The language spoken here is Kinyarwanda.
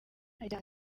agira